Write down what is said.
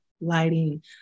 lighting